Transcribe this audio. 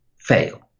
fail